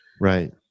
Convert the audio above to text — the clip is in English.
right